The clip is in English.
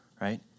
right